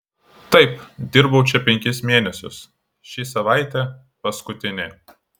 taip dirbau čia penkis mėnesius ši savaitė paskutinė